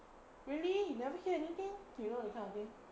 really you never hear anything you know that kind of thing